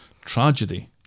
tragedy